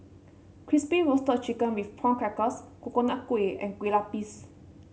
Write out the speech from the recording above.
Crispy Roasted Chicken with Prawn Crackers Coconut Kuih and Kueh Lupis